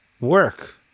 work